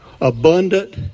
abundant